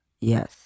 Yes